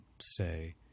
say